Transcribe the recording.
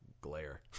Glare